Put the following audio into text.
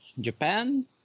Japan